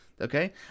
Okay